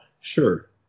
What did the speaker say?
Sure